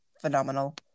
phenomenal